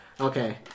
okay